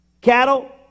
cattle